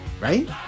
right